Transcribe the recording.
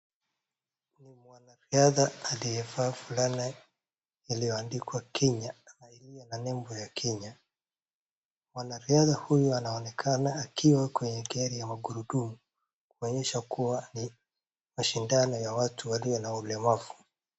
Ni mwanariadha aliyefaa fulana iliyoandikwa Kenya na iliyo na nembo ya Kenya, mwanariadha huyu anaonekana akiwa kwenye geri ya magurudumu kuonyesha kuwa ni mashindano ya watu walio na ulemavu.